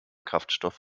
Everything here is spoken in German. kraftstoff